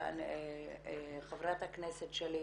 אבל ח ברת הכנסת שלי יחימוביץ,